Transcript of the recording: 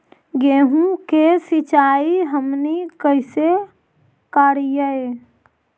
गेहूं के सिंचाई हमनि कैसे कारियय?